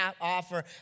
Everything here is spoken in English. offer